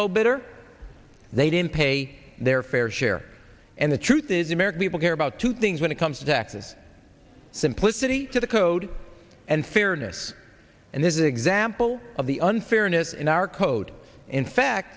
low bidder they didn't pay their fair share and the truth is the american people care about two things when it comes to taxes simplicity to the code and fairness and there's an example of the unfairness in our code in fact